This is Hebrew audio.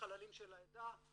חללים של העדה.